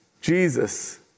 Jesus